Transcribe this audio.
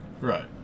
Right